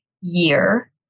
year